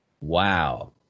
Wow